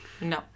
No